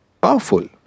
powerful